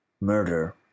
Murder